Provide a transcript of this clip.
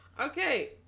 Okay